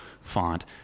font